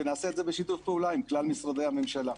ונעשה את זה בשיתוף פעולה עם כלל משרדי הממשלה.